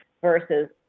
versus